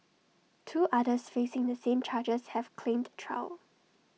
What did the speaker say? two others facing the same charges have claimed trial